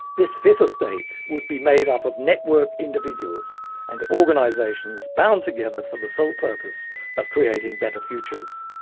this fifth estate would be made up of networked individuals and organisations bound together for the sole purpose of creating better futures.